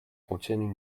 contiennent